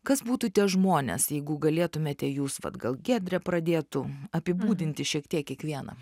kas būtų tie žmonės jeigu galėtumėte jūs vat gal giedrė pradėtų apibūdinti šiek tiek kiekvieną